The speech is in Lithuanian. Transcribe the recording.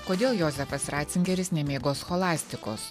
kodėl juozapas ratzingeris nemėgo scholastikos